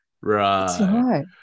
right